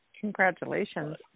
Congratulations